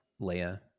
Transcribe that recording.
Leia